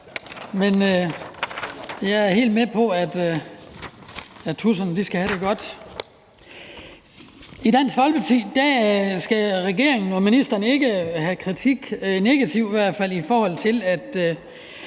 men jeg er helt med på, at tudserne skal have det godt. Fra Dansk Folkepartis side skal regeringen og ministeren ikke have kritik, negativ i hvert fald, i forhold til